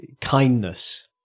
kindness